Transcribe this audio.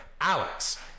Alex